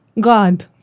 God